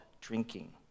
drinking